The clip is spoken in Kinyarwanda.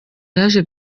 yaje